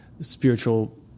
spiritual